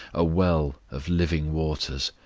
a well of living waters,